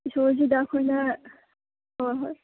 ꯏꯁꯣꯔꯁꯤꯗ ꯑꯩꯈꯣꯏꯅ ꯍꯣꯏ ꯍꯣꯏ